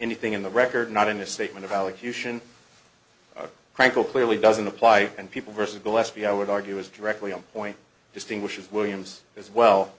anything in the record not in a statement of allocution frankl clearly doesn't apply and people versus gillispie i would argue is directly on point distinguishes williams as well